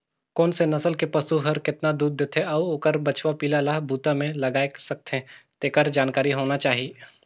कोन से नसल के पसु हर केतना दूद देथे अउ ओखर बछवा पिला ल बूता में लगाय सकथें, तेखर जानकारी होना चाही